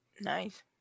Nice